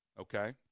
Okay